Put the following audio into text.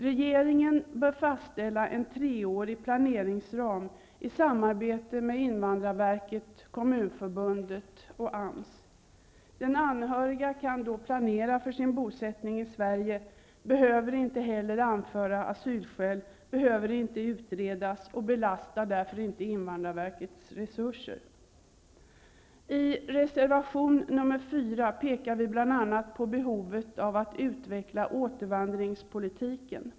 Regeringen bör fastställa en treårig planeringsram i samarbete med invandrarverket, Den anhöriga kan då planera för sin bosättning i Sverige och behöver inte heller anföra asylskäl och behöver därför inte utredas och belasta invandrarverkets resurser. I reservation 4 pekar vi bl.a. på behovet av att utveckla återvandringspolitiken.